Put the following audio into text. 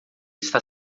está